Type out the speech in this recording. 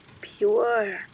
pure